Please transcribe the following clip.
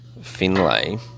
Finlay